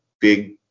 big